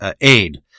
aid